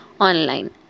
online